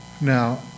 Now